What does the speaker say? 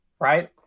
right